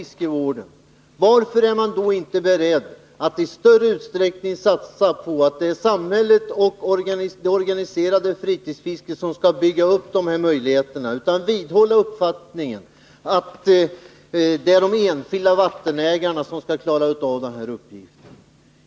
Varför är man då inte beredd att i större utsträckning satsa på att samhället och det organiserade fritidsfisket skall bygga upp de här möjligheterna? Man vidhåller ju bara den uppfattningen att det är de enskilda vattenägarna som skall klara av den uppgiften.